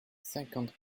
cinquante